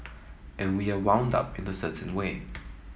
and we are wound up in a certain way